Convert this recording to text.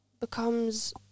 becomes